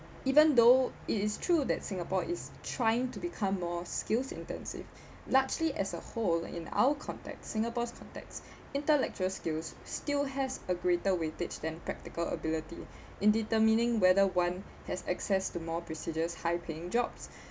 even though it is true that singapore is trying to become more skills intensive largely as a whole in our context singapore's context intellectual skills still has a greater weightage than practical ability in determining whether one has access to more precedence high paying jobs